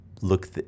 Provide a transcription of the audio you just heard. look